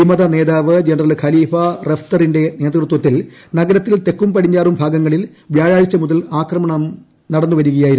വിമത നേതാവ് general Khalifa ഹഫ്തറിന്റെ നേതൃത്വത്തിൽ നഗരത്തിൽ തെക്കും പടിഞ്ഞാറും ഭാഗങ്ങളിൽ വ്യാഴാഴ്ച മുതൽ ആക്രമണം നടന്നു വരികയായിരുന്നു